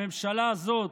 הממשלה הזאת,